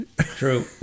True